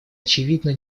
очевидно